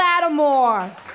Lattimore